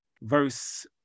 verse